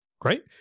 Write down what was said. Great